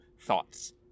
thoughts